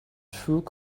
through